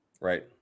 right